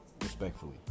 Respectfully